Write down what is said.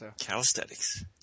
calisthenics